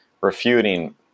refuting